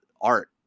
art